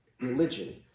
Religion